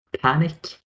panic